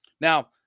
Now